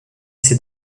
ses